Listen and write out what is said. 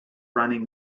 running